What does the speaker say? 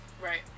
Right